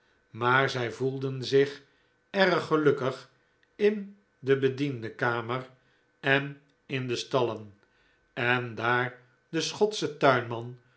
maar zij voelden zich erg gelukkig in de bediendenkamer en in de stallen en daar de schotsche tuinman